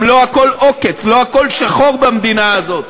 גם לא הכול עוקץ, לא הכול שחור במדינה הזאת.